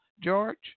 George